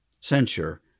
censure